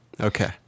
Okay